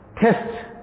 test